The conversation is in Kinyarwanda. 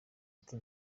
ati